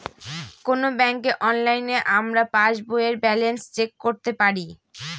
কোনো ব্যাঙ্কে অনলাইনে আমরা পাস বইয়ের ব্যালান্স চেক করতে পারি